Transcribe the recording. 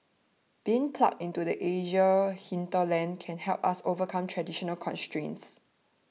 being plugged into the Asian hinterland can help us overcome traditional constraints